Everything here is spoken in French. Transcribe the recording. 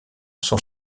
sont